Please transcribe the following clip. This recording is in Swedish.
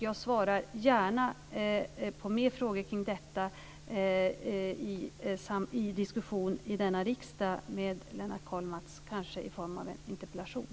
Jag svarar gärna på mer frågor kring detta i en diskussion i denna riksdag med Lennart Kollmats - kanske i form av en interpellation.